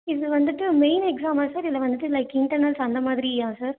இது வந்துட்டு மெயின் எக்ஸாமா சார் இல்லை வந்துட்டு லைக் இன்டர்னல்ஸ் அந்த மாதிரியா சார்